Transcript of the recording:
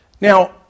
Now